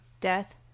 death